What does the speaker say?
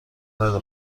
نده